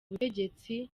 ubutegetsi